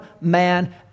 man